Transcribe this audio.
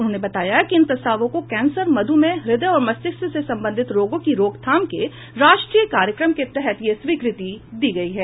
उन्होंने बताया कि इन प्रस्तावों को कैंसर मध्मेह हृदय और मस्तिष्क से संबंधी रोगों की रोकथाम के राष्ट्रीय कार्यक्रम के तहत यह स्वीकृति दी गई हैं